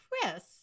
Chris